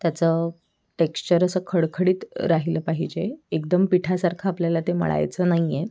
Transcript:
त्याचं टेक्शर असं खडखडीत राहिलं पाहिजे एकदम पिठासारखं आपल्याला ते मळायचं नाही आहे